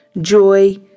joy